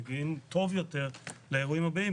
מגיעים טוב יותר לאירועים הבאים,